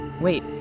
wait